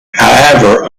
however